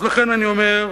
אז לכן אני אומר,